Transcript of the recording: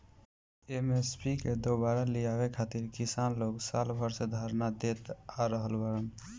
MSP के दुबारा लियावे खातिर किसान लोग साल भर से धरना देत आ रहल बाड़न